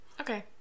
okay